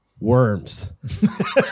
worms